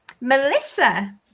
Melissa